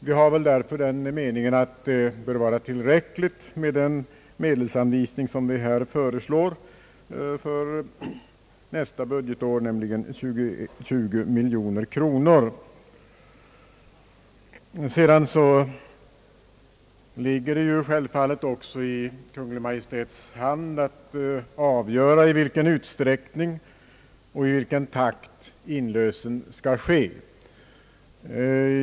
Vi hyser därför den meningen att det bör vara tillräckligt med den medelsanvisning som vi föreslår för nästa budgetår, nämligen 20 miljoner kronor. Sedan ligger det ju självfallet i Kungl. Maj:ts hand att avgöra i vilken utsträckning och i vilken takt inlösen skall ske.